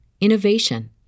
innovation